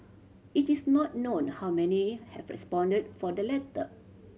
it is not known how many have responded for the letter